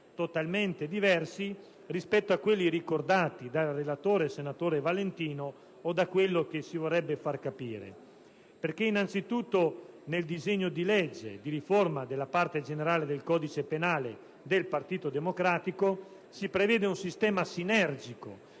totalmente diversi rispetto a quelli ricordati dal relatore, senatore Valentino, o da quello che si vorrebbe far capire. Innanzitutto, nel disegno di legge di riforma della parte generale del codice penale presentato dal Partito Democratico si prevede un sistema sinergico